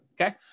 okay